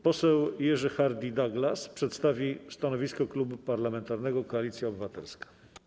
Poseł Jerzy Hardie-Douglas przedstawi stanowisko Klubu Parlamentarnego Koalicja Obywatelska.